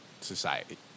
society